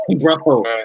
bro